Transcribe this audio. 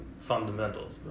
fundamentals